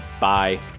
Bye